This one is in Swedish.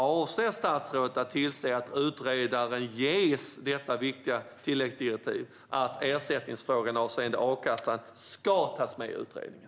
Avser statsrådet att tillse att utredaren ges detta viktiga tilläggsdirektiv att ersättningsfrågan avseende a-kassan ska tas med i utredningen?